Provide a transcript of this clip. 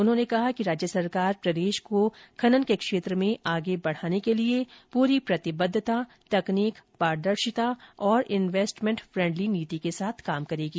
उन्होंने कहा कि राज्य सरकार प्रदेश को खनन के क्षेत्र में आगे बढ़ाने के लिए पूरी प्रतिबद्धता तकनीक पारदर्शिता और इन्वेस्टमेन्ट फ्रेंडली नीति के साथ काम करेगी